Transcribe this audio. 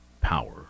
power